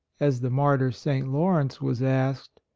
as the martyr, st. lawrence was asked,